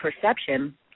perception